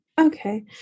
Okay